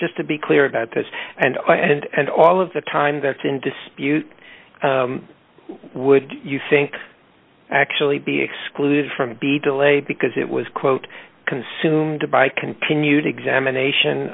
just to be clear about this and why and all of the time that's in dispute would you think actually be excluded from be delayed because it was quote consumed by continued examination